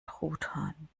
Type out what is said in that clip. truthahn